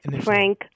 Frank